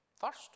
first